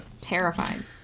Terrified